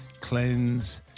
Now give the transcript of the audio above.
cleanse